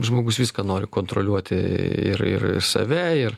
žmogus viską nori kontroliuoti ir ir save ir